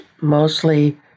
mostly